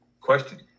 Question